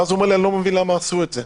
ואז הוא אומר לי: אני לא מבין למה עשו את זה.